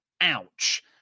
Ouch